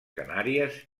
canàries